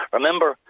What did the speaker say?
Remember